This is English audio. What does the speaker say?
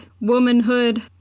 womanhood